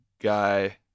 guy